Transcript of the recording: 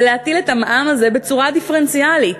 ולהטיל את המע"מ הזה בצורה דיפרנציאלית: